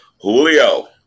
Julio